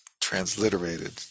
transliterated